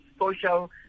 social